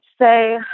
say